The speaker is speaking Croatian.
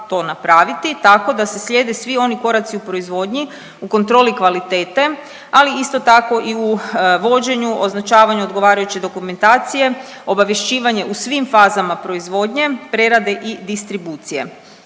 Tako da se slijede svi oni koraci u proizvodnji, u kontroli kvalitete, ali isto tako i u vođenju, označavanju odgovarajuće dokumentacije, obavješćivanje u svim fazama proizvodnje, prerade i distribucije